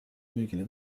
müügile